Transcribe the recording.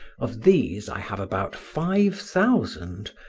of these i have about five thousand,